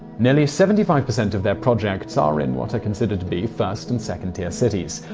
nearly seventy five percent of their projects are in what are considered to be first and second tier cities.